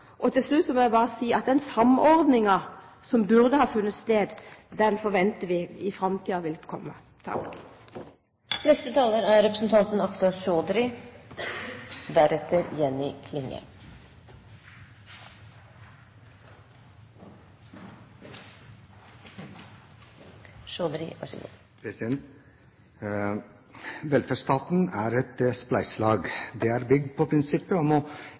departement. Til slutt må jeg bare si at vi forventer at den samordningen som burde ha funnet sted, vil komme i framtiden. Velferdsstaten er et spleiselag. Den er bygd på prinsippet om å